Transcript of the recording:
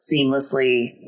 seamlessly